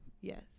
Yes